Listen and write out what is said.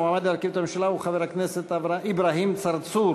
המועמד להרכיב את הממשלה הוא חבר הכנסת אברהים צרצור.